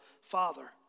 Father